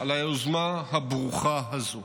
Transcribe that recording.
על היוזמה הברוכה הזאת.